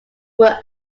were